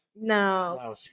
No